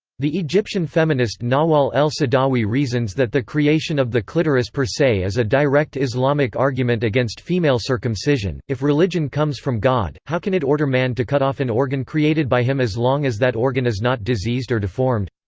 the egyptian feminist nawal el-saadawi reasons that the creation of the clitoris per se is a direct islamic argument against female circumcision if religion comes from god, how can it order man to cut off an organ created by him as long as that organ is not diseased or deformed?